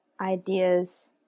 ideas